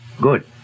Good